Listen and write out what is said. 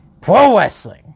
Pro-wrestling